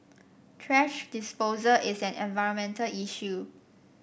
thrash disposal is an environmental issue